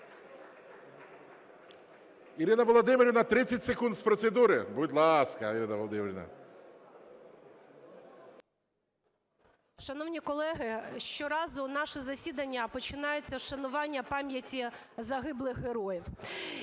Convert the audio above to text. Ірина Володимирівна, 30 секунд з процедури. Будь ласка, Ірина Володимирівна.